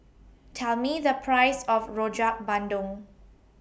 Tell Me The Price of Rojak Bandung